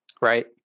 right